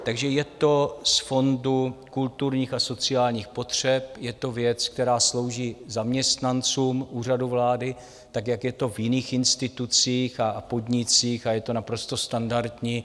Takže je to z Fondu kulturních a sociálních potřeb, je to věc, která slouží zaměstnancům Úřadu vlády, tak jak je to v jiných institucích a podnicích a je to naprosto standardní.